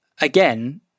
Again